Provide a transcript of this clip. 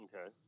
Okay